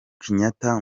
kenyatta